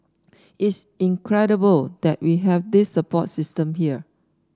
it's incredible that we have this support system here